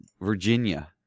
Virginia